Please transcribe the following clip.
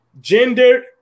gender